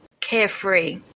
carefree